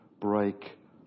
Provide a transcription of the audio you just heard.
break